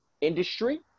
industry